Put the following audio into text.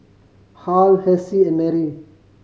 Harl Hessie and Marie